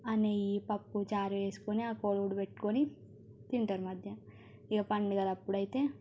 ఆ నెయ్యి పప్పు చారు వేసుకొని ఆ కోడిగుడ్డు పెట్టుకొని తింటారు మధ్యాహ్నం ఇక పండగలప్పుడు అయితే